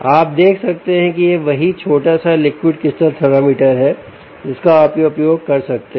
आप देख सकते हैं कि यह वही छोटा सा लिक्विड क्रिस्टल थर्मामीटर है जिसका आप उपयोग कर सकते हैं